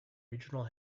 regional